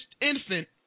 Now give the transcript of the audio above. infant